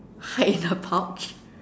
hide in the pouch